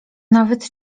nawet